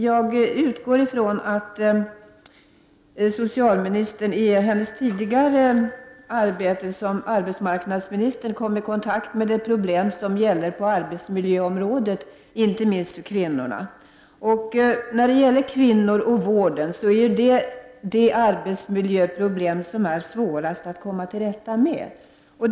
Jag utgår från att socialministern i sitt tidigare arbete som arbetsmarknadsminister kom i kontakt med problemen på arbetsmiljöområdet, inte minst för kvinnorna. Det är de arbetsmiljöproblem som IPM sysslar med som det är svårast att komma till rätta med för kvinnorna inom vården.